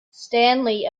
stanley